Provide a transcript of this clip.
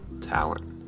talent